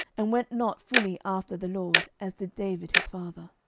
and went not fully after the lord, as did david his father.